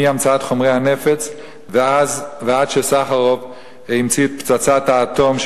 מהמצאת חומרי הנפץ ועד שסחרוב המציא את פצצת האטום,